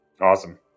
Awesome